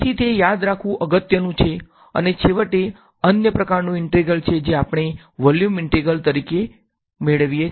તેથી તે યાદ રાખવું અગત્યનું છે અને છેવટે અન્ય પ્રકારનું ઇન્ટેગ્રલ છે જે આપણે વોલ્યુમ ઇન્ટિગ્રલ તરીકે મળીએ છીએ